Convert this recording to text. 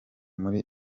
muri